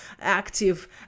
active